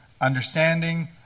understanding